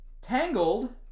Tangled